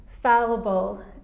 fallible